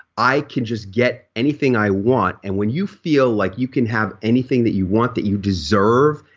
i can just get anything i want and when you feel like you can have anything that you want that you deserve,